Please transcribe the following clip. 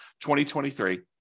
2023